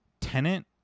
Tenant